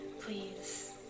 please